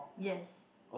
yes